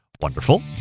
wonderful